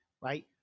right